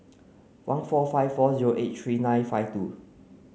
one four five four zero eight three nine five two